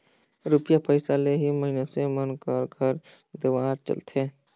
रूपिया पइसा ले ही मइनसे मन कर घर दुवार चलथे